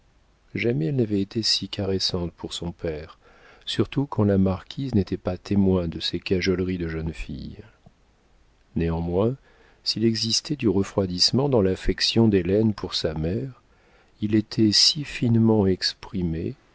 jamais elle n'avait été si caressante pour son père surtout quand la marquise n'était pas témoin de ses cajoleries de jeune fille néanmoins s'il existait du refroidissement dans l'affection d'hélène pour sa mère il était si finement exprimé